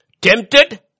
Tempted